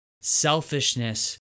selfishness